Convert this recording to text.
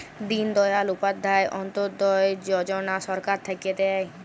দিন দয়াল উপাধ্যায় অন্ত্যোদয় যজনা সরকার থাক্যে দেয়